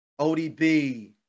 ODB